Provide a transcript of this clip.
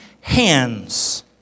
hands